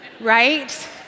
Right